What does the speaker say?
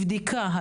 בבדיקה.